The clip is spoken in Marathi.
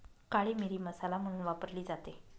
काळी मिरी मसाला म्हणून वापरली जाते